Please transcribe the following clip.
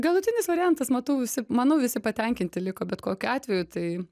galutinis variantas matau visi manau visi patenkinti liko bet kokiu atveju tai